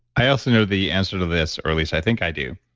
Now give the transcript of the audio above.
i also know the answer to this, or at least, i think i do,